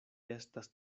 estas